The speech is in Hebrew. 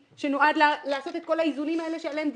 שנועד לעשות את כל האיזונים האלה שעליהם דיברתי.